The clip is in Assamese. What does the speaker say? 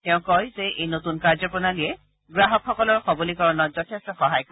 তেওঁ কয় যে এই নতুন কাৰ্যপ্ৰণালীয়ে গ্ৰাহকসকলৰ সবলীকৰণত যথেষ্ট সহায় কৰিব